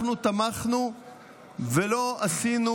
אנחנו תמכנו ולא עשינו